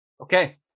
Okay